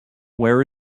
where